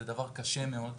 זה דבר קשה מאוד.